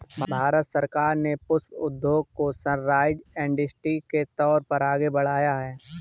भारत सरकार ने पुष्प उद्योग को सनराइज इंडस्ट्री के तौर पर आगे बढ़ाया है